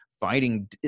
fighting